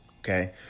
Okay